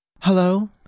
hello